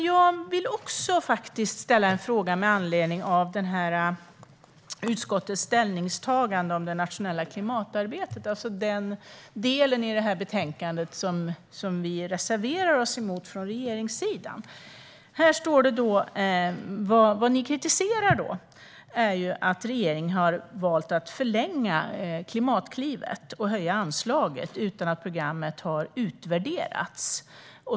Jag vill ställa en fråga med anledning av utskottets ställningstagande om det nationella klimatarbetet, alltså den del i detta betänkande som vi reserverar oss mot från regeringssidan. Vad ni kritiserar är att regeringen har valt att förlänga Klimatklivet och höja anslaget utan att programmet har utvärderats.